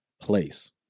place